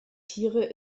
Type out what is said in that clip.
tiere